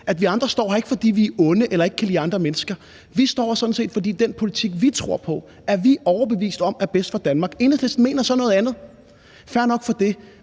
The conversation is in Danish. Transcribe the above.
at vi andre ikke står her, fordi vi er onde eller ikke kan lide andre mennesker. Vi står her sådan set, fordi den politik, vi tror på, er vi overbevist om er bedst for Danmark. Enhedslisten mener så noget andet, fair nok med det,